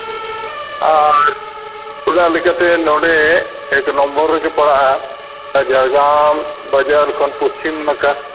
ᱟᱨ ᱚᱱᱟ ᱞᱮᱠᱟᱛᱮ ᱱᱚᱸᱰᱮ ᱮᱠ ᱱᱚᱢᱵᱚᱨ ᱨᱮᱜᱮ ᱯᱟᱲᱟᱜᱼᱟ ᱡᱷᱟᱲᱜᱨᱟᱢ ᱵᱟᱡᱟᱨ ᱠᱷᱚᱱ ᱯᱚᱪᱪᱷᱤᱢ ᱱᱟᱠᱷᱟ